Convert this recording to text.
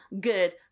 good